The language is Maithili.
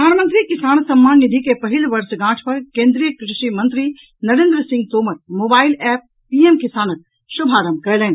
प्रधानमंत्री किसान सम्मान निधि के पहिल वर्षगांठ पर केन्द्रीय कृषि मंत्री Narendra Singh Tomar mobile app PM किसानक शुभारंभ कयलनि